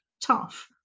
tough